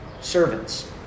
servants